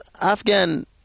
Afghan